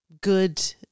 good